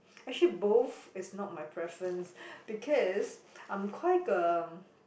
actually both is not my preference because I'm quite uh